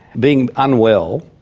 being unwell,